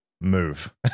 move